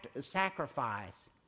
sacrifice